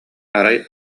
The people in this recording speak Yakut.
арай